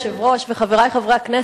כבוד היושב-ראש, חברי חברי הכנסת,